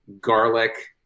garlic